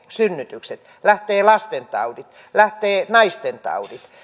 synnytykset lähtevät lastentaudit lähtevät naistentaudit